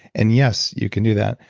and yes, you can do that.